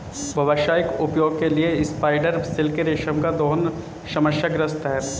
व्यावसायिक उपयोग के लिए स्पाइडर सिल्क के रेशम का दोहन समस्याग्रस्त है